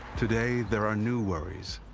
today there are new worries,